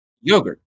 Yogurt